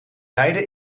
beide